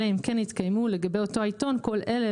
אלא אם כן התקיימו לגבי אותו עיתון כל אלה